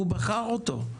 הוא בחר אותו,